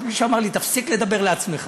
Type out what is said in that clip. רק מישהו אמר לי: תפסיק לדבר לעצמך.